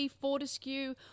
Fortescue